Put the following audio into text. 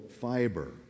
fiber